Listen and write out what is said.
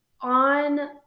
on